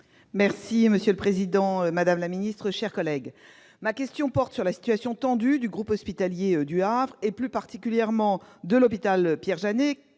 santé. Monsieur le président, madame la ministre, mes chers collègues, ma question porte sur la situation tendue du groupe hospitalier du Havre, plus particulièrement de l'hôpital Pierre-Janet,